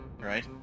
right